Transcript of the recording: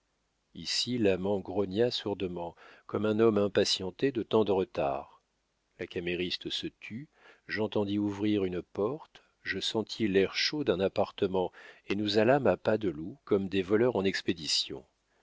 ici l'amant grogna sourdement comme un homme impatienté de tant de retards la camériste se tut j'entendis ouvrir une porte je sentis l'air chaud d'un appartement et nous allâmes à pas de loup comme des voleurs en expédition